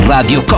Radio